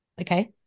Okay